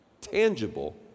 tangible